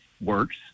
works